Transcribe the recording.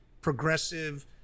progressive